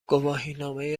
گواهینامه